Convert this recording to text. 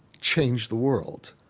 changed the world.